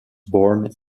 born